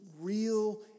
real